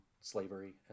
slavery